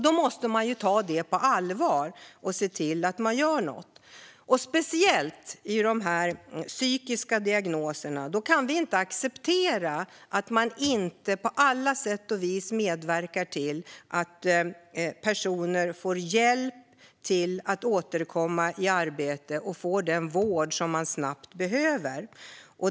Det måste man ta på allvar och se till att göra något åt. Speciellt när det gäller de psykiska diagnoserna kan vi inte acceptera att man inte på alla sätt och vis medverkar till att personer får hjälp till att återkomma till arbete och att de får den vård som de snabbt behöver.